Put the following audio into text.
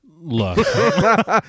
Look